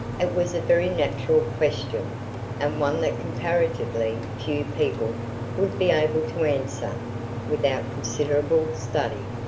it was a very natural question and one that comparatively few people would be able to answer without considerable study.